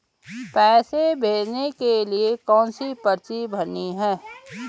पैसे भेजने के लिए कौनसी पर्ची भरनी है?